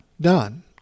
done